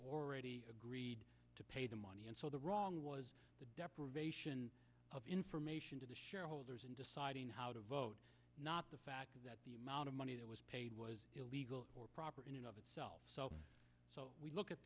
already agreed to pay the money and so the wrong was the deprivation of information to the shareholders in deciding how to vote not the fact that the amount of money that was paid was illegal or improper in and of itself so so we look